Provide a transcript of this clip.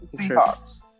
Seahawks